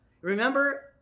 Remember